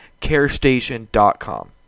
carestation.com